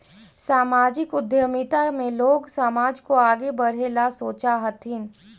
सामाजिक उद्यमिता में लोग समाज को आगे बढ़े ला सोचा हथीन